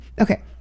Okay